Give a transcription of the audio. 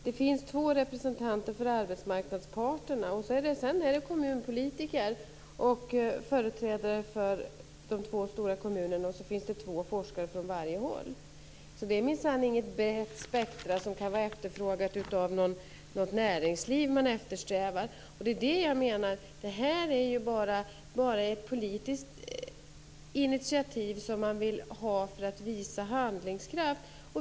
Det finns två representanter för arbetsmarknadens parter. Sedan är det kommunpolitiker och företrädare för de två stora kommunerna samt två forskare från varje håll. Det är minsann inget brett spektrum som kan vara efterfrågat av näringslivet. Det här är bara ett politiskt initiativ för att visa handlingskraft.